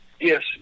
yes